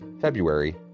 February